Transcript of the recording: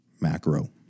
macro